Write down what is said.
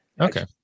okay